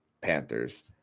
Panthers